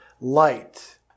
light